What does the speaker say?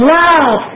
love